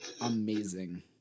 amazing